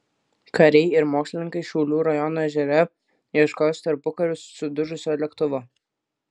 kariai ir mokslininkai šiaulių rajono ežere ieškos tarpukariu sudužusio lėktuvo